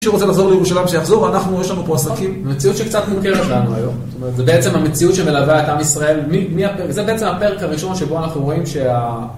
מי שרוצה לחזור לירושלים שיחזור, אנחנו, יש לנו פה עסקים. המציאות שקצת מוכרת לנו היום, זאת אומרת, זה בעצם המציאות שמלווה את עם ישראל. זה בעצם הפרק הראשון שבו אנחנו רואים שה...